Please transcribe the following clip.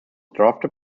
drafted